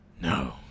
No